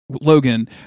Logan